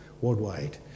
worldwide